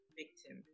victim